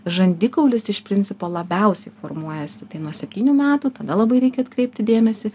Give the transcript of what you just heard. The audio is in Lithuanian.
žandikaulis iš principo labiausiai formuojasi tai nuo septynių metų tada labai reikia atkreipti dėmesį